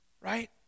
Right